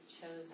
chosen